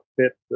fit